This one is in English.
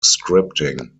scripting